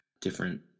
different